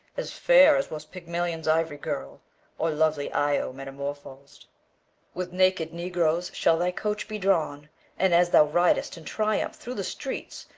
as fair as was pygmalion's ivory girl or lovely io metamorphosed with naked negroes shall thy coach be drawn, and, as thou rid'st in triumph through the streets,